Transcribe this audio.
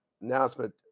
announcement